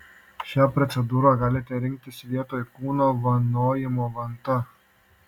šią procedūrą galite rinktis vietoj kūno vanojimo vanta